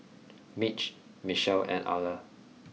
Mitch Michelle and Ala